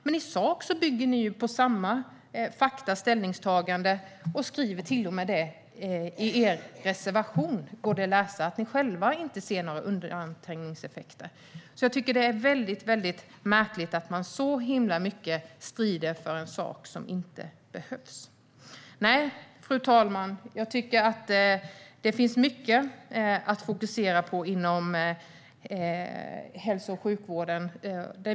Men i sak bygger ni på samma fakta och ställningstagande, och i er reservation kan vi läsa att ni själva inte ser några undanträngningseffekter. Det är märkligt att ni så strider för en sak som inte behövs. Fru talman! Det finns mycket att fokusera på inom hälso och sjukvården.